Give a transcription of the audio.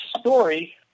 story